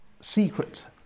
secret